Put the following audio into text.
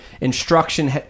instruction